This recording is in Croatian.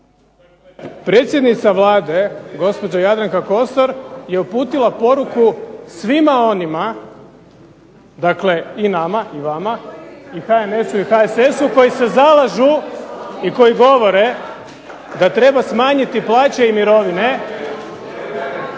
predsjednica Vlade, gospođa Jadranka Kosor je uputila poruku svima onima, dakle i nama i vama, i HNS-u i HSS-u koji se zalažu i koji govore da treba smanjiti plaće i mirovine